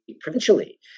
provincially